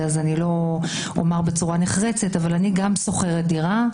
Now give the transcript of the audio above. אז אני לא אומר בצורה נחרצת גם אני שוכרת דירה.